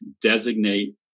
designate